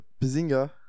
Bazinga